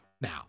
now